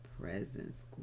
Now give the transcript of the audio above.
presence